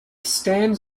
stands